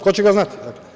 Ko će ga znati.